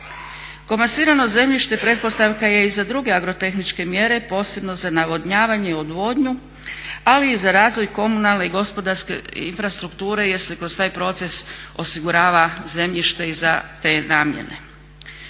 Komasirano zemljište pretpostavka je i za druge agrotehničke mjere posebno za navodnjavanje i odvodnju ali i za razvoj komunalne i gospodarske infrastrukture jer se kroz taj proces osigurava zemljište i za te namjene.